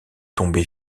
tomber